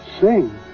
sing